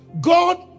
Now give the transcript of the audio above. god